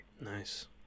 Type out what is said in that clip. Nice